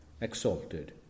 exalted